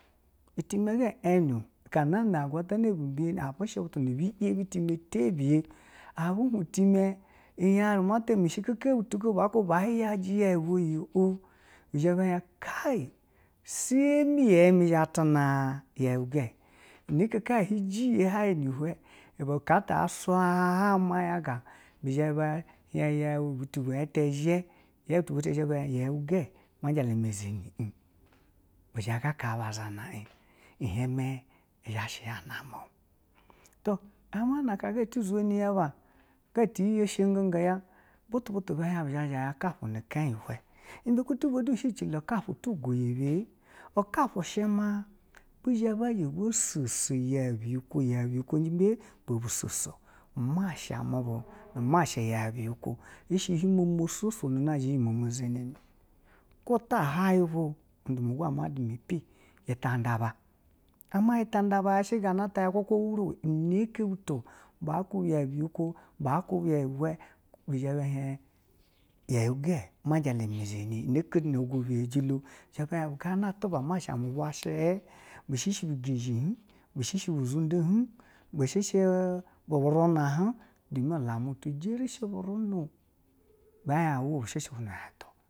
gaa nana agwatana bi biyeni tibiya a bu hwen time yeri mu ta shikeni ba yeu ibwe you bu zha ba hien kayi seme yeu mi zhi ba tina yeu ga, ine ike ka abu jiye hwayi nu hwen ibe aka ta a swa hwayi ma yaga bu zhe hien yeu butu bwenyi ite zhe yeu butu bwenyi yeu ga ma jala ma izheni un, bu zhe ga ka ba zhani un un hwen me zha shi ya name, to aka ga iye ye sheggo ya butu, butu ya ba zha ukufu ni kayi bwe ibe ku taba shi ɛcilo kafu du yebe, ikafu shima bazha bo soso yeu biyikwo, yeu biyikwo du bo soso mashe mu bu mashe yeu biyikwo, hin zha hwo momo soso nu na zhi hin momo zhononi kwo tahwayi bo udumwa go ama dumwa ipe uta nda ba ama ta da ba yaa shigania ata wuru, una ke batukuba yeu biyikwo ba kube yeu biyikwo bizha ba hien yeu ga majala ma zheni un, ina ike bu yojilo ganana ma sha bo ba mushi bu zunde hin, bi shishi buruna hin dumi ɛlamutu jerishi buruna ba hien awo.